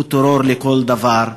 שהוא טרור לכל דבר,